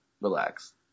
relax